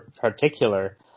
particular